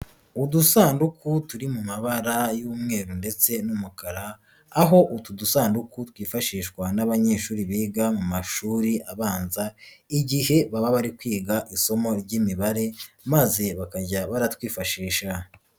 Udusanduku turi mu mabara y'umweru ndetse n'umukara, aho utu dusanduku twifashishwa n'abanyeshuri biga mu mashuri abanza, igihe baba bari kwiga isomo ry'imibare maze bakajya baratwifashisha.